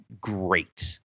great